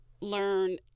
learn